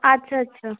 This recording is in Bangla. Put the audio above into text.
আচ্ছা আচ্ছা